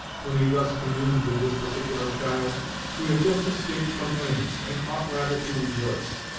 when he thus communed with this particular child we have just escaped from enemies, and ought rather to rejoice.